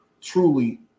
truly